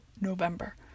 November